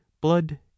blood